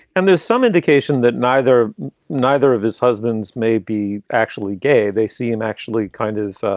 and there's some indication that neither neither of his husbands may be actually gay. they see him actually kind of